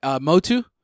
Motu